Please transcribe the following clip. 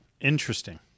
Interesting